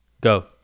go